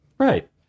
Right